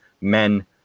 men